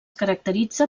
caracteritza